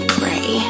pray